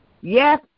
Yes